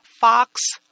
Fox